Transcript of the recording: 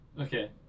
Okay